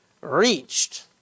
reached